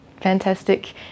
Fantastic